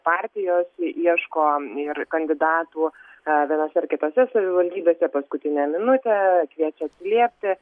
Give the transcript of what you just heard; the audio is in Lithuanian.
partijos ieško ir kandidatų vienose ar kitose savivaldybėse paskutinę minutę kviečia atsiliepti